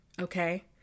okay